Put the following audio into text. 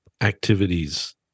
Activities